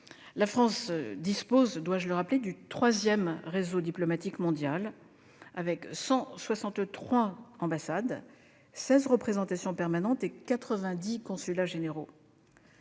La France dispose- dois-je le rappeler ? -du troisième réseau diplomatique mondial : celui-ci compte 163 ambassades, 16 représentations permanentes et 90 consulats généraux.